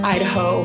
Idaho